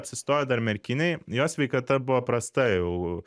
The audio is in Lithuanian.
apsistojo dar merkinėj jo sveikata buvo prasta jau